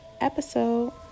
episode